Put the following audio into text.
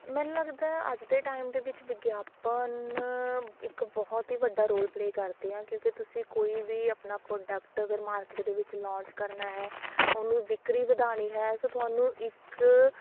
ਮੈਨੂੰ ਲੱਗਦਾ ਅੱਜ ਦੇ ਟਾਇਮ ਦੇ ਵਿੱਚ ਵਿਗਿਆਪਨ ਇੱਕ ਬਹੁਤ ਹੀ ਵੱਡਾ ਰੋਲ ਪਲੇ ਕਰਦੇ ਹੈ ਕਿਉਂਕਿ ਤੁਸੀਂ ਕੋਈ ਵੀ ਆਪਣਾ ਪਰੋਡਕਟ ਅਗਰ ਮਾਰਕਿਟ ਦੇ ਵਿੱਚ ਲੋਂਚ ਕਰਨਾ ਹੈ ਓਹਨੂੰ ਵਿਕਰੀ ਵਧਾਉਣੀ ਹੈ ਸੋ ਤੁਹਾਨੂੰ ਇੱਕ